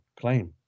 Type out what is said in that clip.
claim